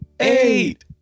Eight